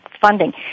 funding